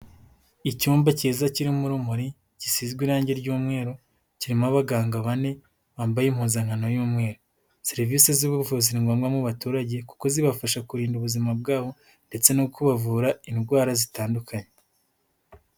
Icyumba cyiza kirimo urumuri gisizwe irangi ry'umweru, kirimo abaganga bane bambaye impuzankano y'umweru. Serivisi z'ubuvuzi ni ngombwa mu baturage kuko zibafasha kurinda ubuzima bwabo ndetse no kubavura indwara zitandukanye.